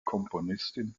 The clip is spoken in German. komponistin